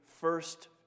first